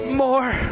more